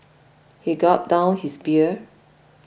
he gulped down his beer